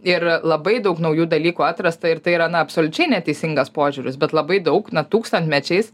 ir labai daug naujų dalykų atrasta ir tai yra na absoliučiai neteisingas požiūris bet labai daug na tūkstantmečiais